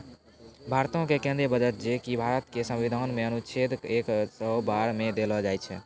भारतो के केंद्रीय बजट जे कि भारत के संविधान मे अनुच्छेद एक सौ बारह मे देलो छै